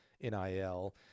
NIL